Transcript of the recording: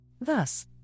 Thus